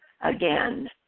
again